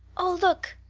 oh, look,